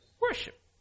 worship